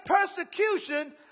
persecution